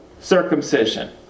circumcision